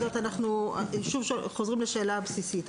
אנחנו שוב חוזרים לשאלה הבסיסית.